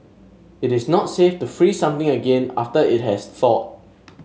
it is not safe to freeze something again after it has thawed